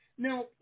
Now